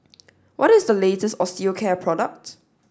what is the latest Osteocare product